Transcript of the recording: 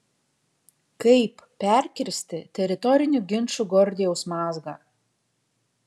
kaip perkirsti teritorinių ginčų gordijaus mazgą